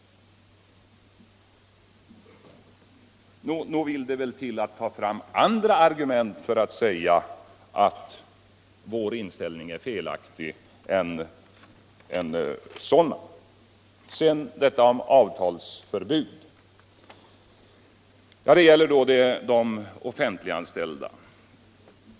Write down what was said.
Nog vill det till andra argument än sådana för att bevisa att vår inställning är felaktig. Sedan till avtalsförbud — det gäller de offentliganställda.